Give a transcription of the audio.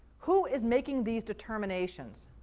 who is making these determinations?